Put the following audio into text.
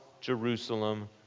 Jerusalem